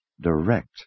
direct